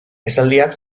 esaldiak